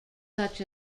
such